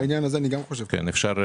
בעניין הזה, אני חושב כמוך.